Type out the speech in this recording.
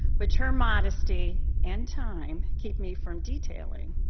which her modesty and time keep me from detailing.